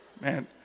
Man